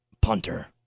Punter